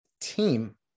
team